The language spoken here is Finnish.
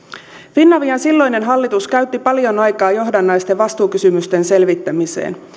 finavian silloinen hallitus käytti paljon aikaa johdannaisten vastuukysymysten selvittämiseen